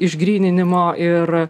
išgryninimo ir